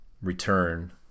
return